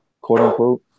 quote-unquote